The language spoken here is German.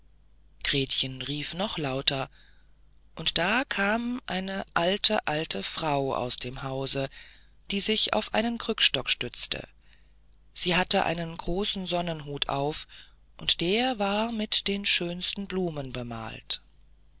gretchen rief noch lauter und da kam eine alte alte frau aus dem hause die sich auf einen krückenstock stützte sie hatte einen großen sonnenhut auf und der war mit den schönsten blumen bemalt